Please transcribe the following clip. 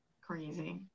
crazy